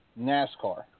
NASCAR